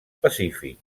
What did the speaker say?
pacífic